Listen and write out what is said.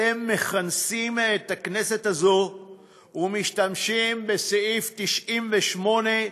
אתם מכנסים את הכנסת הזאת ומשתמשים בסעיף 98,